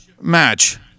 match